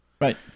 Right